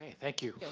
ah thank you.